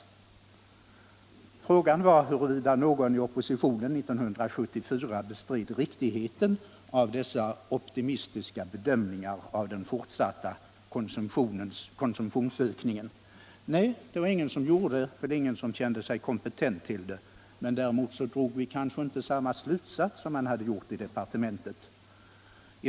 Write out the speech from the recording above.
Industriministerns fråga var huruvida någon i oppositionen 1974 bestred riktigheten av dessa optimistiska bedömningar av den fortsatta konsumtionsökningen. Nej, det var ingen som gjorde det, för ingen kände sig kompetent till det. Däremot drog vi kanske inte samma slutsats som man hade gjort inom departementet.